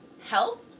Health